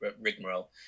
Rigmarole